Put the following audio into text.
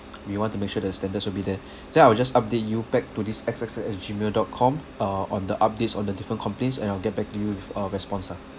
we want to make sure that the standards will be there then I will just update you back to this X X X at gmail dot com uh on the updates on the different complaints and I'll get back to you with a response lah